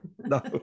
No